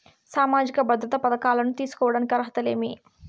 సామాజిక భద్రత పథకాలను తీసుకోడానికి అర్హతలు ఏమి?